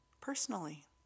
personally